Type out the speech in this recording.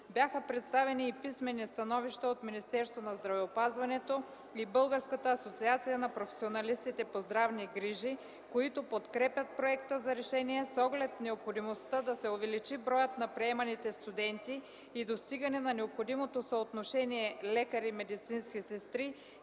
Бяха представени и писмени становища от Министерството на здравеопазването и Българската асоциация на професионалистите по здравни грижи, които подкрепят Проекта за решение с оглед необходимостта да се увеличи броят на приеманите студенти и достигане на необходимото съотношение лекари – медицински сестри